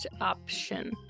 option